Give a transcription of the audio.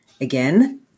Again